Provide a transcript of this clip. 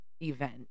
event